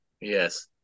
Yes